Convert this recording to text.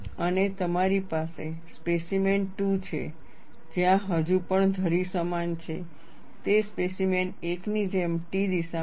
અને તમારી પાસે સ્પેસીમેન 2 છે જ્યાં હજુ પણ ધરી સમાન છે તે સ્પેસીમેન 1 ની જેમ T દિશામાં છે